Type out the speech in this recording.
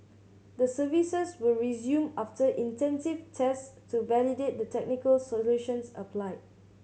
the services were resumed after intensive tests to validate the technical solutions applied